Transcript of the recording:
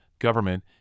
government